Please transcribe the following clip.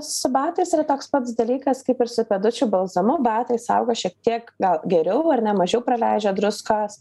su batais yra toks pats dalykas kaip ir su pėdučių balzamu batai saugo šiek tiek gal geriau ar ne mažiau praleidžia druskos